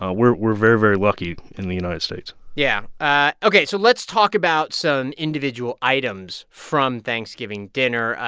ah we're we're very, very lucky in the united states yeah. ok, so let's talk about some individual items from thanksgiving dinner.